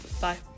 bye